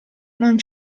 non